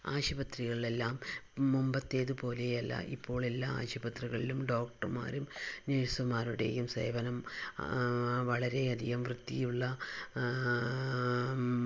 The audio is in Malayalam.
ആശുപതികളിലെല്ലാം മുമ്പത്തേത് പോലെയല്ല ഇപ്പോഴെല്ലാ ആശുപതികളിലും ഡോക്ടർമാരും നേഴ്സുമാരുടെയും സേവനം വളരെയധികം വൃത്തിയുള്ള